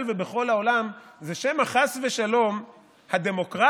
ובכל העולם זה שמא חס ושלום הדמוקרטיות